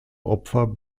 opfer